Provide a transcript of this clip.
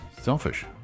Selfish